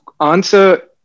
answer